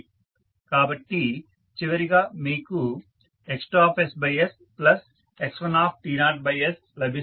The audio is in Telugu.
కాబట్టి చివరిగా మీకు X2sx1s వస్తుంది